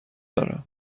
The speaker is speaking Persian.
دارم